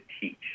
teach